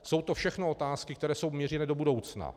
Jsou to všechno otázky, které jsou mířeny do budoucna.